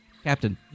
Captain